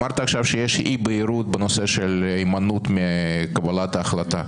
אמרת עכשיו שיש אי-בהירות בנושא של הימנעות מקבלת החלטה.